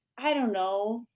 i don't know,